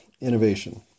innovation